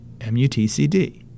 MUTCD